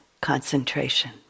concentration